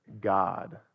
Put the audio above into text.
God